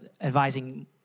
advising